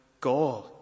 God